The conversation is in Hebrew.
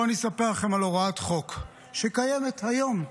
בואו אני אספר לכם על הוראת חוק שקיימת היום.